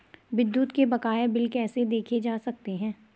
विद्युत के बकाया बिल कैसे देखे जा सकते हैं?